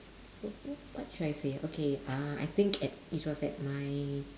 wh~ wh~ what should I say okay uh I think at it was at my